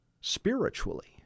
spiritually